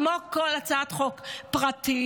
כמו כל הצעת חוק פרטית,